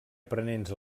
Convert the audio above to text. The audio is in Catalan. aprenents